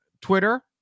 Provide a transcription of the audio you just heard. Twitter